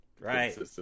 Right